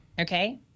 okay